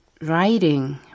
writing